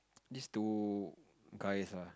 these two guys ah